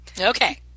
Okay